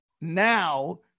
Now